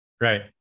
Right